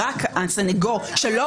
הטעמים שהעלו הסנגוריה הציבורית לא